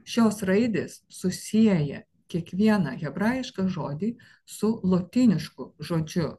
šios raidės susieja kiekvieną hebrajišką žodį su lotynišku žodžiu